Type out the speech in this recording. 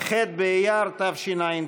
ח' באייר התשע"ט,